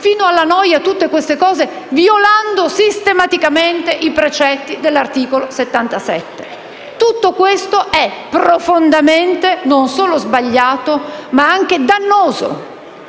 fino alla noia tutte queste cose, violando sistematicamente i precetti dell'articolo 77. Tutto questo è profondamente non solo sbagliato, ma anche dannoso,